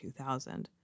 2000